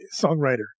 songwriter